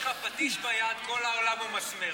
כשיש לך פטיש ביד כל העולם הוא מסמר.